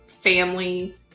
family